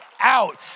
out